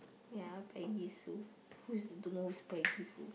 ya Peggy Sue who's don't know who's Peggy Sue